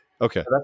okay